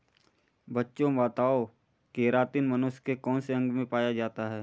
बच्चों बताओ केरातिन मनुष्य के कौन से अंग में पाया जाता है?